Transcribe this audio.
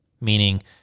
meaning